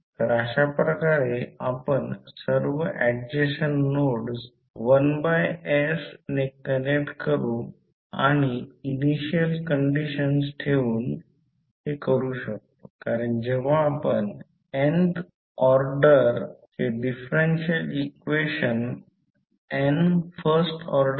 तर बघा किमान हे कळेल की मी हे कसे लिहिले आहे ते सर्व परस्पर गोष्टी दिल्या आहेत ते सायकलिक करंट आहेत मी या पद्धतीने घेतला आहे आणि फक्त हे सर्व समीकरण पहा मी फक्त सर्किट पाहण्यासाठी लिहिले आहे प्रथम सर्किट काढा नंतर मी कसे लिहिले आहे हे समीकरण पहा आणि या सर्व गोष्टी पहा या सर्व लिहिलेल्या गोष्टी सर्व काही प्रत्यक्षात बरोबर आहे